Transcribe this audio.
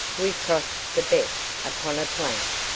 we crossed the beck upon a plank,